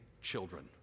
children